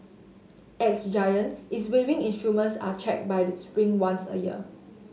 at Giant its weighing instruments are checked by spring once a year